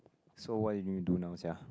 so what you want me to do now sia